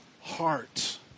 heart